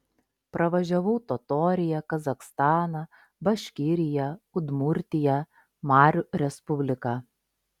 pravažiavau totoriją kazachstaną baškiriją udmurtiją marių respubliką